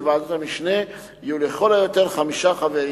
בוועדת המשנה יהיו לכל היותר חמישה חברים,